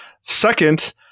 Second